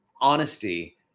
honesty